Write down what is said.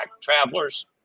travelers